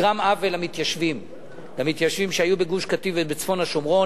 נגרם עוול למתיישבים שהיו בגוש-קטיף ובצפון השומרון.